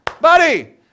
buddy